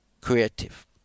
creative